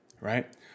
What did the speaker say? right